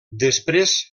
després